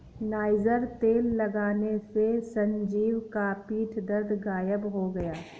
niger तेल लगाने से संजीव का पीठ दर्द गायब हो गया